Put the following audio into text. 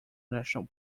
national